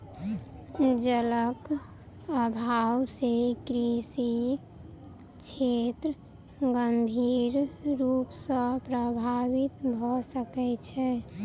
जलक अभाव से कृषि क्षेत्र गंभीर रूप सॅ प्रभावित भ सकै छै